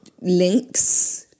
links